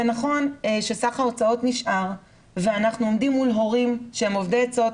נכון שסך ההוצאות נשאר ואנחנו עומדים מול הורים שהם אובדי עצות,